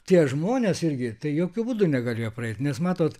tie žmonės irgi tai jokiu būdu negalėjo praeit nes matot